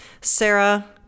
Sarah